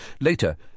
Later